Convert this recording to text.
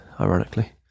ironically